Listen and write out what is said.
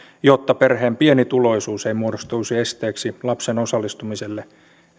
jotta perheen pienituloisuus ei muodostuisi esteeksi lapsen osallistumiselle